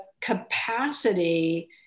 capacity